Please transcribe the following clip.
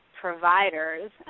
providers